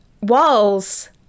walls